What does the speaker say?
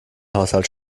haushalt